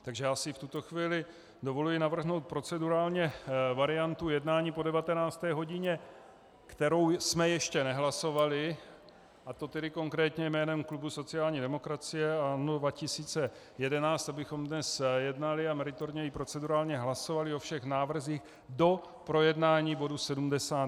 Takže já si v tuto chvíli dovoluji navrhnout procedurálně variantu jednání po 19. hodině, kterou jsme ještě nehlasovali, a to tedy konkrétně jménem klubu sociální demokracie a ANO 2011, abychom dnes jednali a meritorně i procedurálně hlasovali o všech návrzích do projednání bodu 71 a 72.